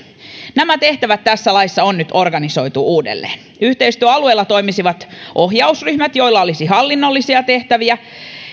nämä tehtävät tässä laissa on nyt organisoitu uudelleen yhteistyöalueilla toimisivat ohjausryhmät joilla olisi hallinnollisia tehtäviä